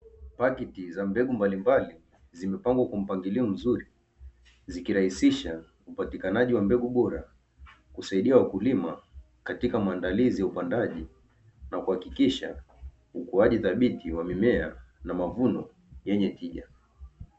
Paketi za mbegu mbalimbali zimepangwa kwa mpangilio mzuri, zikirahisisha upatikanaji wa mbegu bora, kusaidia wakulima katika maandalizi ya upandaji na kuhakikisha ukuaji thabiti wa mimea na mavuno yenye tija.